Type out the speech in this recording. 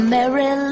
Mary